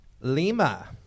Lima